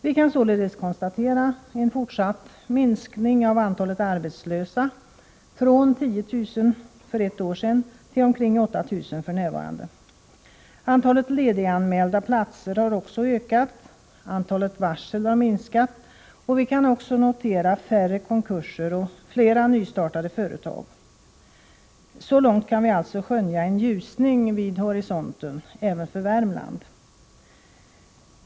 Vi kan således konstatera en fortsatt minskning av antalet arbetslösa, från 10 000 för ett år sedan till omkring 8 000 f. n. Antalet lediganmälda platser har också ökat, antalet varsel har minskat, och vi kan notera färre konkurser och flera nystartade företag. Så långt kan vi alltså skönja en ljusning vid horisonten även för Värmland.